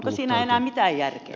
siinä enää mitään järkeä